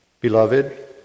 beloved